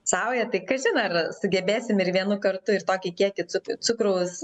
saują tai kažin ar sugebėsim ir vienu kartu ir tokį kiekį cu cukraus